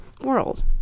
world